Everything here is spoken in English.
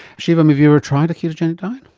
shivam, have you ever tried a ketogenic diet?